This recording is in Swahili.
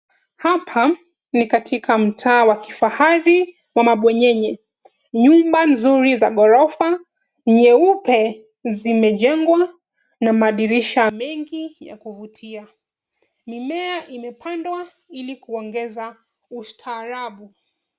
Hapa ni katika mtaa wa kifahari wa mabwenyenye. Nyumba nzuri za ghorofa, nyeupe zimejengwa na madirisha mengi ya kuvutia. Mimea imepandwa ili kuongeza ustaarabu.